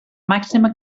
màxima